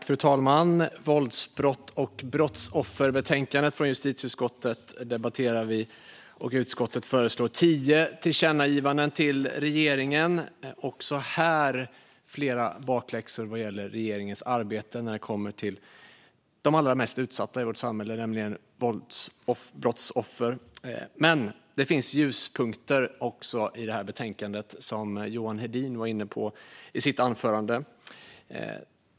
Fru talman! Vi debatterar justitieutskottets betänkande om våldsbrott och brottsoffer. Utskottet föreslår tio tillkännagivanden till regeringen. Också här ges flera bakläxor i fråga om regeringens arbete när det gäller de allra mest utsatta i vårt samhälle, nämligen våldsbrottsoffer. Det finns dock också ljuspunkter i detta betänkande, som Johan Hedin var inne på i sitt anförande.